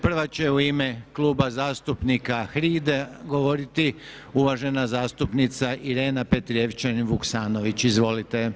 Prva će u ime Kluba zastupnika HRID govoriti uvažena zastupnica Irena Petrijevčanin Vuksanović, izvolite.